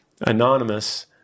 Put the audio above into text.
anonymous